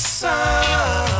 sun